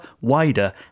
wider